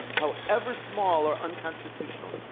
however small, are unconstitutional.